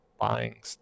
buying